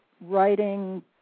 writing